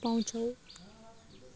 पाउँछौँ